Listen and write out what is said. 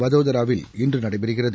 வதோதராவில் இன்று நடைபெறுகிகறது